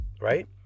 right